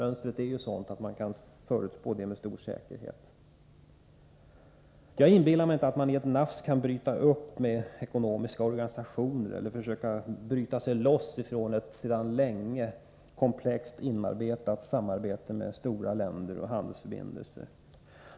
Mönstret är ju sådant att man kan förutspå detta med stor säkerhet. Jag inbillar mig inte att man i ett nafs kan bryta upp från ekonomiska organisationer eller försöka bryta sig loss från ett sedan länge komplext inarbetat samarbete med stora länder i fråga om handelsförbindelser.